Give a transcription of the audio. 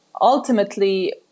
ultimately